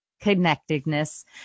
Connectedness